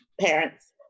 parents